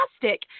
fantastic